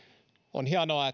on hienoa